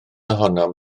ohonom